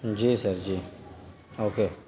جی sir جی okay